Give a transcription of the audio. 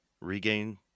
regain